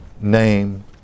name